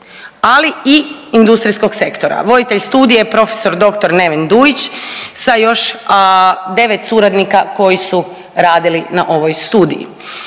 ali i industrijskog sektora. Voditelj studije je prof. dr. Neven Dujić sa još 9 suradnika koji su radili na ovoj studiji.